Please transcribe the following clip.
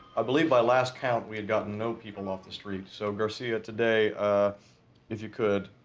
i believe my last count we had gotten no people off the street, so garcia today if you could